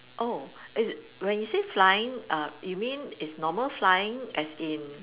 oh is when you say flying err you mean is normal flying as in